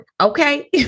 okay